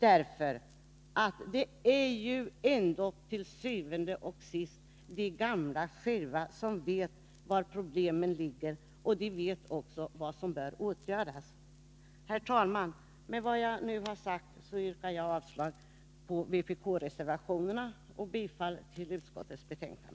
Til syvende og sidst är det ändå de gamla själva som vet var problemen ligger, och de vet också vad som bör åtgärdas. Herr talman! Med vad jag nu sagt yrkar jag avslag på vpk-reservationerna och bifall till utskottets hemställan.